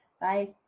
Bye